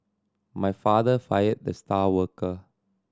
my father fired the star worker